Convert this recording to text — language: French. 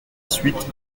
suite